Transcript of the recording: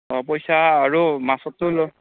অঁ পইছা আৰু মাছৰটো ল